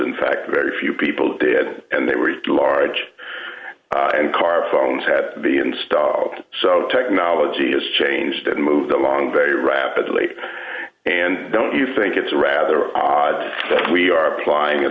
in fact very few people did and they were large and car phones had been stopped so technology has changed and moved along very rapidly and don't you think it's rather odd that we are applying a